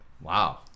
wow